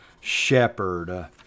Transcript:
shepherd